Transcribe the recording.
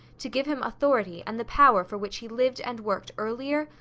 to give him authority and the power for which he lived and worked earlier,